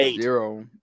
Zero